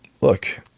look